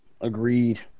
Agreed